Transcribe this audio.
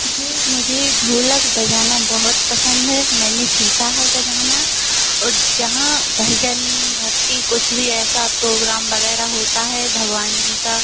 जी मुझे ढोलक बजाना बहोत पसंद है मैंने सीखा है बजाना और जहाँ भजन भक्ति कुछ भी ऐसा प्रोग्राम वगैरह होता है भगवान जी का